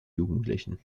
jugendlichen